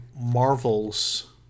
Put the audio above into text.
Marvel's